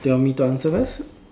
do you want me to answer first